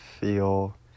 feel